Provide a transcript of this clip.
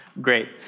Great